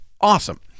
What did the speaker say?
awesome